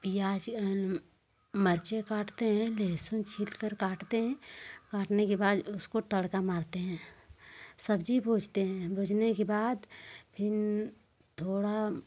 प्याज मिर्चे काटते हैं लहसुन छीलकर काटते हैं काटने के बाद उसको तड़का मारते हैं सब्जी भूजते हैं भूजने के बाद फिर थोड़ा